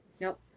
Nope